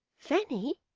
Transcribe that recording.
fanny!